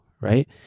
right